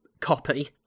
copy